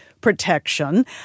Protection